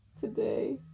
Today